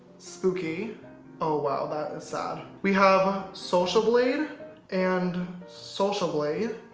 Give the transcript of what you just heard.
spooky oh wow that's sad. we have social blade and social blade